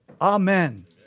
Amen